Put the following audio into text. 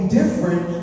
different